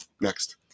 Next